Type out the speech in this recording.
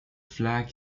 flag